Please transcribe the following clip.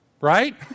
Right